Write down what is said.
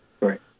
Right